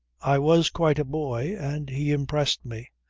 i was quite a boy and he impressed me.